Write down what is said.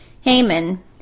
Haman